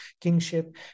kingship